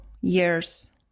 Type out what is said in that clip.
years